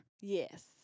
Yes